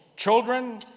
Children